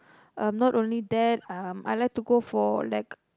um not only that um I like to go for like